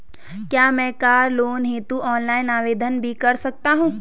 क्या मैं car loan हेतु ऑनलाइन आवेदन भी कर सकता हूँ?